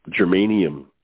germanium